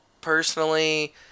personally